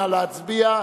נא להצביע.